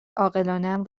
عاقلانهام